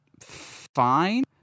fine